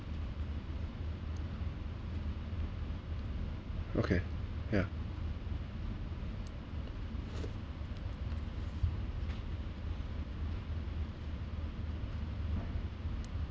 okay ya